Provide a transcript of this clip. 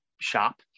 shop